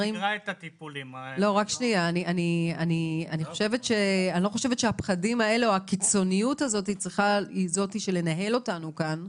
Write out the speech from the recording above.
אני לא חושבת שהפחדים האלה או הקיצוניות הזאת צריכה לנהל אותנו כאן,